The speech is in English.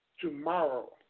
tomorrow